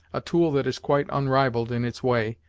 a tool that is quite unrivalled in its way,